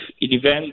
event